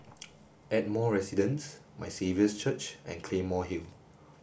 Ardmore Residence My Saviour's Church and Claymore Hill